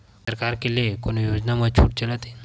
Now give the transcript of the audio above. का सरकार के ले कोनो योजना म छुट चलत हे?